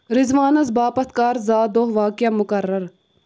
رضوانس باپتھ کر زہ دۄہ واقعہ مقرر